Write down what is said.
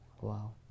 Wow